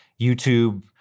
YouTube